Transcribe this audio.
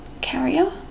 carrier